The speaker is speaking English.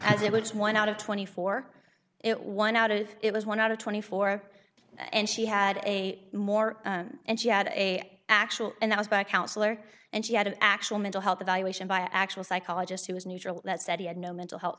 as it was one out of twenty four it won out if it was one out of twenty four and she had a more and she had a actual and that was by counselor and she had an actual mental health evaluation by actual psychologist who was neutral that said he had no mental health